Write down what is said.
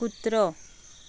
कुत्रो